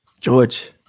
George